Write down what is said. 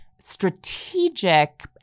strategic